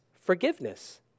forgiveness